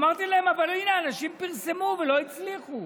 אמרתי להם, אבל הינה, אנשים פרסמו ולא הצליחו.